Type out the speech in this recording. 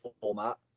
format